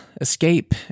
escape